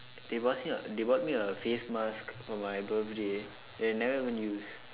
they bus me a they bought me a face mask for my birthday that I never even use